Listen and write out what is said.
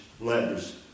letters